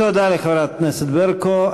תודה לחברת הכנסת ברקו.